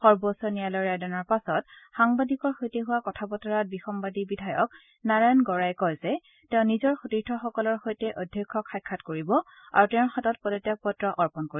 সৰ্বোচ্চ ন্যায়ালয়ৰ ৰায়দানৰ পাছত সাংবাদিকৰ সৈতে হোৱা কথা বতৰাত বিসম্বাদী বিধায়ক নাৰায়ণ গৌড়াই কয় যে তেওঁ নিজৰ সতীৰ্থসকলৰ সৈতে অধ্যক্ষক সাক্ষাৎ কৰিব আৰু তেওঁৰ হাতত পদত্যাগ পত্ৰ অৰ্পণ কৰিব